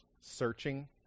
searching